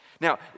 Now